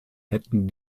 hätten